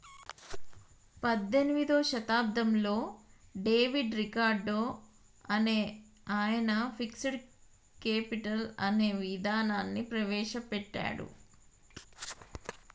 పద్దెనిమిదో శతాబ్దంలో David Ricardo అనే ఆయన ఫిక్స్డ్ కేపిటల్ అనే ఇదానాన్ని ప్రవేశ పెట్టాడు